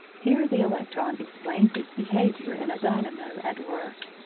here the electron explains its behaviour in a dynamo at work.